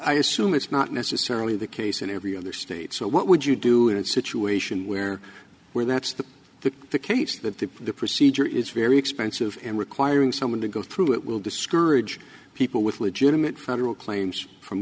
i assume it's not necessarily the case in every other state so what would you do in situation where where that's the case that the procedure is very expensive in requiring someone to go through it will discourage people with legitimate federal claims from